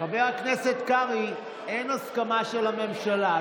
חבר הכנסת קרעי, אין הסכמה של הממשלה.